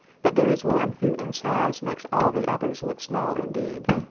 but there is one who in size makes all the others look small indeed.